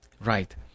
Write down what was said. Right